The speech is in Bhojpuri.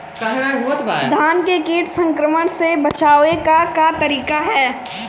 धान के कीट संक्रमण से बचावे क का तरीका ह?